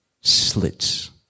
slits